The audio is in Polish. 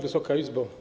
Wysoka Izbo!